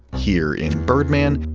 here in birdman.